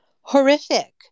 horrific